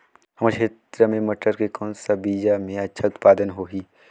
हमर क्षेत्र मे मटर के कौन सा बीजा मे अच्छा उत्पादन होही?